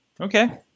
Okay